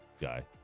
guy